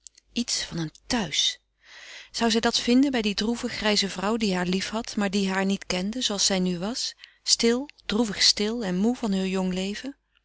iets van een thuis zou zij dat vinden bij die droeve grijze vrouw die haar liefhad maar die haar niet kende zooals zij nu was stil droevig stil en moê van heur jong leven